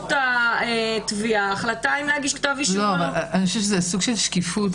אני חושבת שזה סוג של שקיפות.